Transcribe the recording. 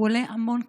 הוא עולה המון כסף.